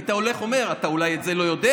והיית אומר שאולי את זה אתה לא יודע,